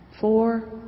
four